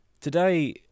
Today